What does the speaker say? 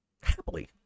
happily